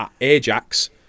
Ajax